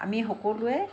আমি সকলোৱে